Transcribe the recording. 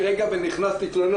מרגע ונכנס להתלונן,